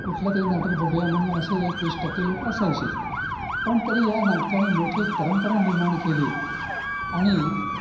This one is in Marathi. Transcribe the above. कुठलं तरी नाटक बघूया म्हणून असे एक वीस टक्के लोकं असायचेच पण तरी या नाटकांनी मोठी एक परंपरा निर्माण केली आणि